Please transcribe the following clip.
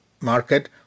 market